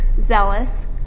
zealous